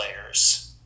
players